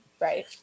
Right